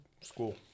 school